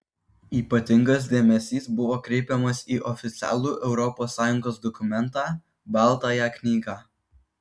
ypatingas dėmesys buvo kreipiamas į oficialų europos sąjungos dokumentą baltąją knygą